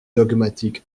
dogmatique